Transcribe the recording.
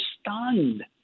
stunned